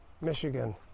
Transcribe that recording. Michigan